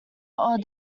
all